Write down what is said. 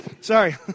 sorry